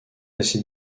assez